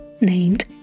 named